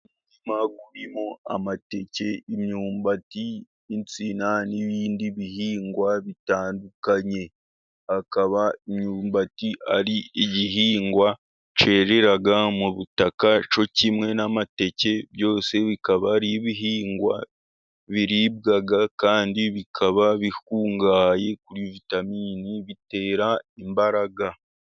Umurima urimo amateke, imyumbati , insina n'ibindi bihingwa bitandukanye hakaba imyumbati ari igihingwa cyerera mu butaka cyo kimwe n'amateke byose bikaba ari ibihingwa biribwa, kandi bikaba bikungahaye kuri vitamini bitera imbaraga.